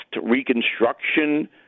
reconstruction